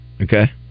Okay